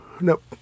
Nope